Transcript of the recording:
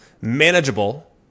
manageable